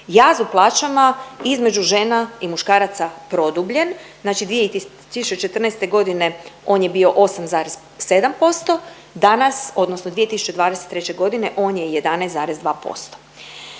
jaz u plaćama između žena i muškaraca produbljen. Znači 2014. godine on je bio 8,7%, danas odnosno 2023. godine on je 11,2%.